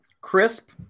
Crisp